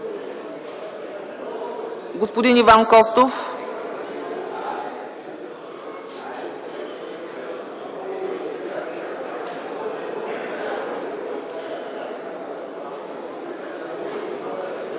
Господин Иван Костов.